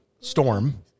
Storm